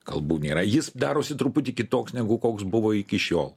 kalbų nėra jis darosi truputį kitoks negu koks buvo iki šiol